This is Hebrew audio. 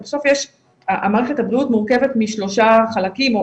בסוף מערכת הבריאות מורכבת משלושה חלקים,